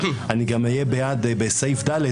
אני אהיה בעד בסעיף קטן (ד),